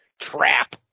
trap